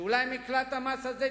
ואולי דרך המקלט הזה,